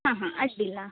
ಹಾಂ ಹಾಂ ಅಡ್ಡಿಲ್ಲ